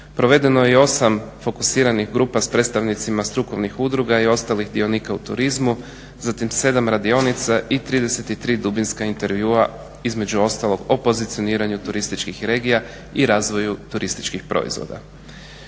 Provedeno je i osam fokusiranih grupa s predstavnicima strukovnih udruga i ostalih dionika u turizmu, zatim sedam radionica i 33 dubinska intervjua između ostalog o pozicioniranju turističkih regija i razvoju turističkih proizvoda.